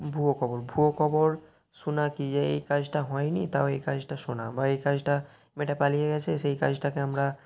ভুয়ো খবর ভুয়ো খবর শুনা কি যে এই কাজটা হয় নি তাও এই কাজটা শোনা বা এই কাজটা মেয়েটা পালিয়ে গেছে সেই কাজটাকে আমরা